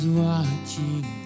watching